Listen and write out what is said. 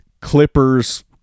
Clippers